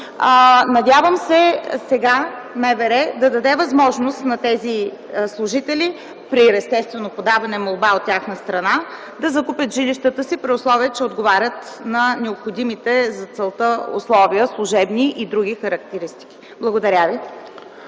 Надявам се сега МВР да даде възможност на тези служители, естествено при подаване на молба от тяхна страна, да закупят жилищата си, при условие че отговарят на необходимите за целта условия – служебни и други характеристики. Благодаря Ви.